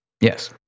Yes